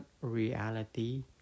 reality